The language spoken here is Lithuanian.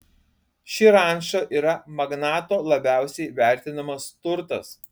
ši ranča yra magnato labiausiai vertinamas turtas